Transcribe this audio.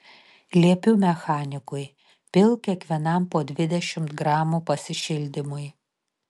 liepiu mechanikui pilk kiekvienam po dvidešimt gramų pasišildymui